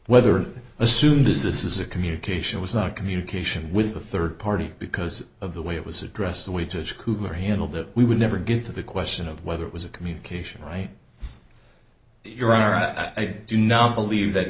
whether assume this this is a communication was not communication with a third party because of the way it was addressed we just cooper handled it we would never get to the question of whether it was a communication right your honor i do not believe that